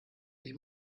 ich